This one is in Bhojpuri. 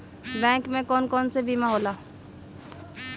बैंक में कौन कौन से बीमा होला?